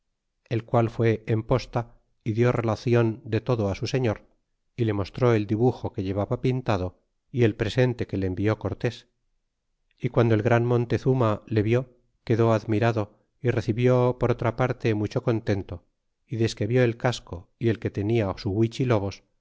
el qual fué en posta y dió relacion de todo su señor y le mostró el dibuxo que llevaba pintado y el presente que je envió cortes y guando el gran montezuma le el vi quedó admirado y recibió por otra parte mucho contento y desque vió el casco y el que tenia su